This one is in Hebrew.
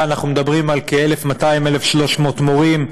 אנחנו מדברים על כ-1,200 1,300 מורים,